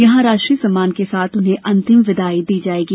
यहां राष्ट्र सम्मान के साथ उन्हें अंतिम विदाई दी जायेगी